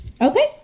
Okay